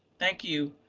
thank you,